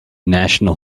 national